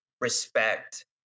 respect